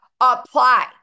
Apply